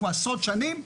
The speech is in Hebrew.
עשרות שנים,